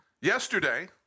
Yesterday